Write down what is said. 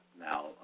now